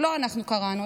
לא אנחנו קרענו.